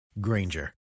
Granger